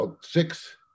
six